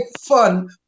fun